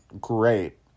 great